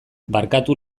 barkatu